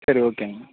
சரி ஓகேமா